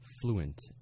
fluent